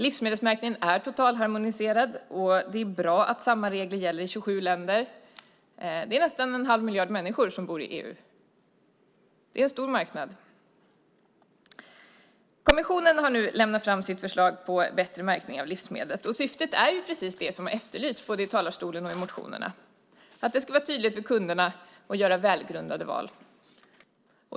Livsmedelsmärkningen är totalharmoniserad, och det är bra att samma regler gäller i 27 länder. Det är nästan en halv miljard människor som bor i EU. Det är en stor marknad! Kommissionen har nu lagt fram sitt förslag på bättre märkning av livsmedel, och syftet är just det som har efterlysts både i talarstolen och i motionerna: att det ska vara tydligt för kunderna som ska kunna göra välgrundade val.